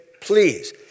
please